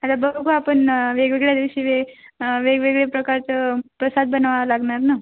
आता बघू गं आपण वेगवेगळ्या दिवशी वे वेगवेगळे प्रकारचं प्रसाद बनवावं लागणार ना